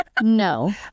No